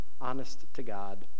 honest-to-God